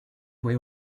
way